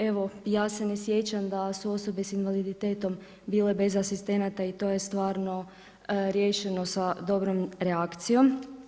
Evo, ja se ne sjećam da su osobe sa invaliditetom bile bez asistenata i to je stvarno riješeno sa dobrom reakcijom.